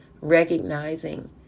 Recognizing